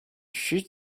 should